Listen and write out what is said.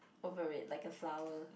over it like a flower